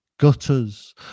gutters